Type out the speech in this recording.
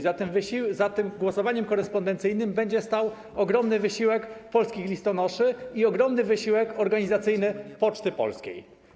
Za tym głosowaniem korespondencyjnym będzie stał ogromny wysiłek polskich listonoszy i ogromny wysiłek organizacyjny Poczty Polskiej.